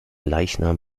leichnam